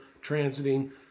transiting